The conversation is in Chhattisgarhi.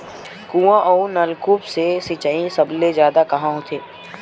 कुआं अउ नलकूप से सिंचाई सबले जादा कहां होथे?